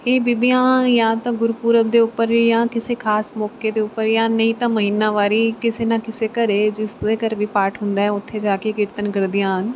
ਇਹ ਬੀਬੀਆਂ ਜਾਂ ਤਾਂ ਗੁਰਪੁਰਬ ਦੇ ਉੱਪਰ ਜਾਂ ਕਿਸੇ ਖਾਸ ਮੌਕੇ ਦੇ ਉੱਪਰ ਜਾਂ ਨਹੀਂ ਤਾਂ ਮਹੀਨਾਵਾਰ ਕਿਸੇ ਨਾ ਕਿਸੇ ਘਰ ਜਿਸ ਦੇ ਘਰ ਵੀ ਪਾਠ ਹੁੰਦਾ ਉੱਥੇ ਜਾ ਕੇ ਕੀਰਤਨ ਕਰਦੀਆਂ ਹਨ